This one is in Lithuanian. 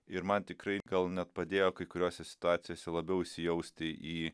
ir man tikrai gal net padėjo kai kuriose situacijose labiau įsijausti į